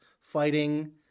fighting